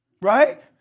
right